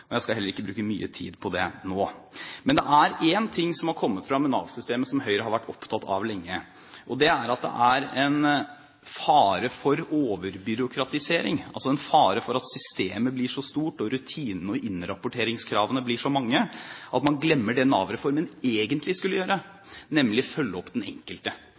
jeg skal heller ikke bruke mye tid på det nå. Men det er én ting som har kommet fram i Nav-systemet som Høyre har vært opptatt av lenge, og det er at det er en fare for overbyråkratisering, altså en fare for at systemet blir så stort og rutinene og innrapporteringskravene blir så mange at man glemmer det Nav-reformen egentlig skulle gjøre, nemlig følge opp den enkelte.